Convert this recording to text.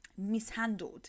mishandled